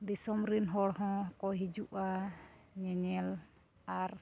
ᱫᱤᱥᱚᱢ ᱨᱮᱱ ᱦᱚᱲ ᱦᱚᱸᱠᱚ ᱦᱤᱡᱩᱜᱼᱟ ᱧᱮᱧᱮᱞ ᱟᱨ